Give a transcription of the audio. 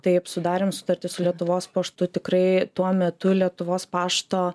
taip sudarėm sutartį su lietuvos paštu tikrai tuo metu lietuvos pašto